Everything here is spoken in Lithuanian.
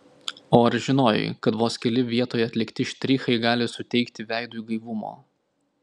o ar žinojai kad vos keli vietoje atlikti štrichai gali suteikti veidui gaivumo